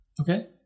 Okay